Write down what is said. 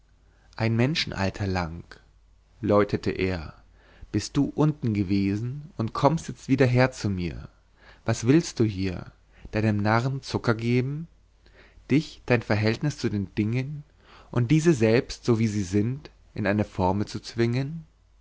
ein menschenalter lang läutete er bist du unten gewesen und kommst jetzt wieder her zu mir was willst du hier deinem narren zucker geben dich dein verhältnis zu den dingen und diese selbst so wie sie sind in eine formel zwingen